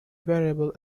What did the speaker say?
variable